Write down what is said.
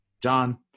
John